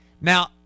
now